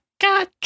god